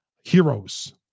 heroes